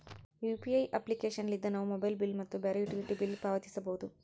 UPI application ಲಿದ್ದ ನಾವು mobile bill ಮತ್ತು ಬ್ಯಾರೆ ಯುಟಿಲಿಟಿ ಬಿಲ್ ಪಾವತಿಸಬೋದು